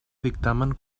dictamen